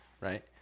right